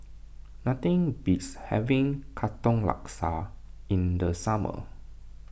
nothing beats having Katong Laksa in the summer